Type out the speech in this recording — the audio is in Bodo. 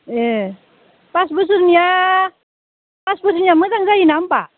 ए पास बोसोरनिया पास बोसोरनिया मोजां जायोना होनबा